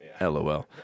LOL